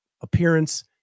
appearance